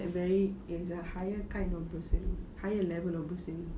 like very it's a higher kind of bursary higher level of bursary